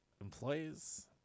Employees